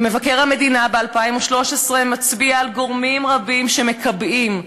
ומבקר המדינה ב-2013 מצביע על גורמים רבים שמקבעים,